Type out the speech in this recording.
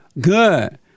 Good